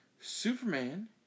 Superman